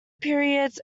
periods